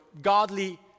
godly